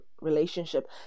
relationship